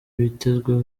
bitezweho